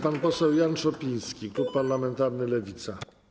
Pan poseł Jan Szopiński, Klub Parlamentarny Lewicy.